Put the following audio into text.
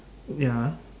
ya